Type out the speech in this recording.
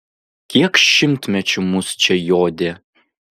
kiek šimtmečių mus čia jodė